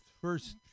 first